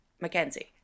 Mackenzie